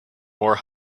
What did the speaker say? more